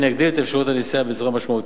יגדיל את אפשרויות הנסיעה בצורה משמעותית.